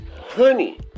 Honey